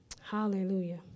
Hallelujah